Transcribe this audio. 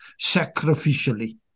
sacrificially